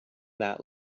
that